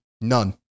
None